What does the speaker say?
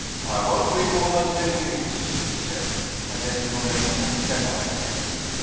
i won't be more than ten minutes, he said and left romayne and stella together.